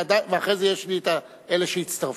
ואחרי זה אלה שהצטרפו.